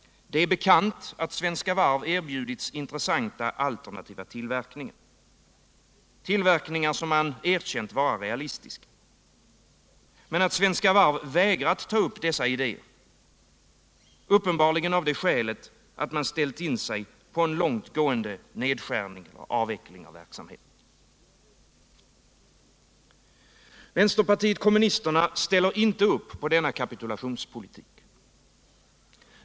Det är bekant att Svenska Varv har erbjudits intressanta alternativa tillverkningar, som man erkänt vara realistiska, men att Svenska Varv har vägrat ta upp dessa idéer — uppenbarligen av det skälet att man har ställt in sig på en långt gående nedskärning och avveckling av verksamheten. Vänsterpartiet kommunisterna ställer inte upp på denna kapitulationspolitik.